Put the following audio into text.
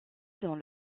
dans